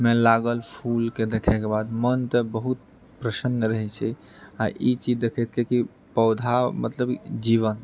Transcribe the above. मे लागल फूलके देखैके बाद मन तऽ बहुत प्रसन्न रहैत छै आ ई चीज देखैत किआकि पौधा मतलब जीवन